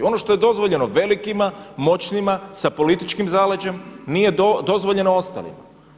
Ono što je dozvoljeno velikima, moćnima sa političkim zaleđem nije dozvoljeno ostalima.